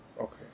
Okay